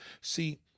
see